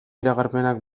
iragarpenak